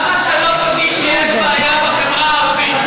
למה שלא תודי שיש בעיה בחברה הערבית?